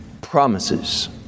promises